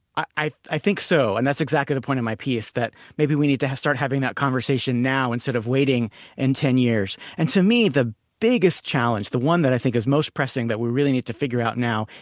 i i think so. and that's exactly the point of my piece. that maybe we need to start having that conversation now instead of waiting and ten years. and to me, the biggest challenge, the one that i think is most pressing that we really need to figure out now,